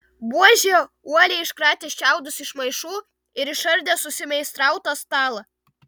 buožė uoliai iškratė šiaudus iš maišų ir išardė susimeistrautą stalą